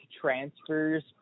transfers